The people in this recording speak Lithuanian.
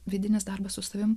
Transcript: vidinis darbas su savimi